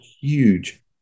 huge